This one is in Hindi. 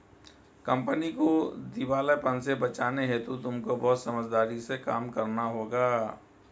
कंपनी को दिवालेपन से बचाने हेतु तुमको बहुत समझदारी से काम करना होगा